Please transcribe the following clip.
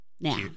Now